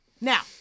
Now